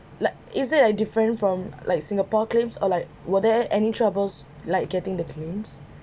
but is there a different from like singapore claims or like were there any troubles like getting the claims